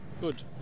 good